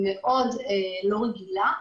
מאוד לא רגילה,